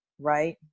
right